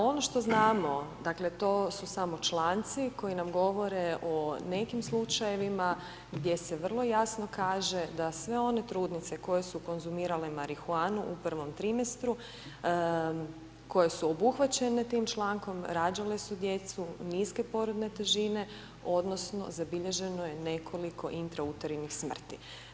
Ono što znamo, dakle to su samo članci koji nam govore o nekim slučajevima gdje se vrlo jasno kaže da sve one trudnice koje su konzumirale marihuanu u prvom trimestru koje su obuhvaćene tim člankom, rađale su djecu niske porodne težine, odnosno zabilježeno je nekoliko intrauternih smrti.